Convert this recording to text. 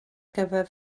gyfer